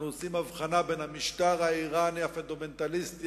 אנחנו עושים הבחנה בין המשטר האירני הפונדמנטליסטי